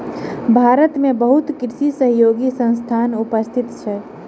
भारत में बहुत कृषि सहयोगी संस्थान उपस्थित अछि